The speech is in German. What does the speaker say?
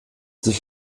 sich